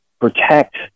protect